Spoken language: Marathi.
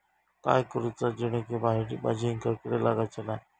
काय करूचा जेणेकी भाजायेंका किडे लागाचे नाय?